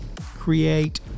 create